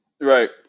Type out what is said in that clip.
Right